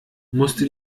musste